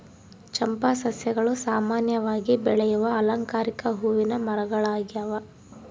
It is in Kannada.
ಚಂಪಾ ಸಸ್ಯಗಳು ಸಾಮಾನ್ಯವಾಗಿ ಬೆಳೆಯುವ ಅಲಂಕಾರಿಕ ಹೂವಿನ ಮರಗಳಾಗ್ಯವ